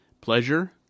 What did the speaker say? pleasure